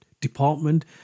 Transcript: department